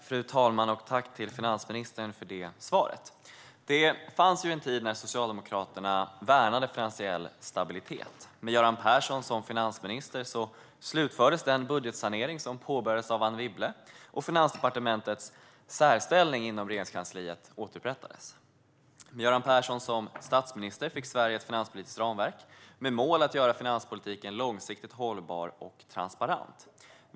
Fru talman! Jag tackar finansministern för svaret. Det fanns en tid då Socialdemokraterna värnade finansiell stabilitet. Med Göran Persson som finansminister slutfördes den budgetsanering som påbörjats av Anne Wibble, och Finansdepartementets särställning inom Regeringskansliet återupprättades. Med Göran Persson som statsminister fick Sverige ett finanspolitiskt ramverk med målet att göra finanspolitiken långsiktigt hållbar och transparent.